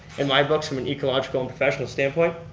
in my books from an ecological professional standpoint.